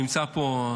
שנמצא פה,